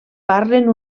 parlen